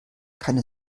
keine